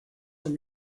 from